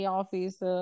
office